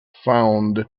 found